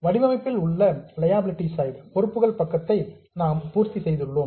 வடிவமைப்பில் உள்ள liability side பொறுப்புகள் பக்கத்தை நாம் பூர்த்தி செய்துள்ளோம்